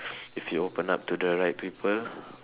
if you open up to the right people